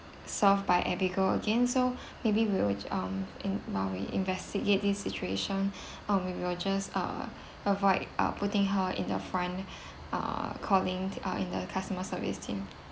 serve by abigail again so maybe we'll um in~ while we investigate this situation uh we will just uh avoid uh putting her in the front uh calling uh in the customer service team